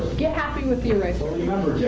get happy with the eraser. remember,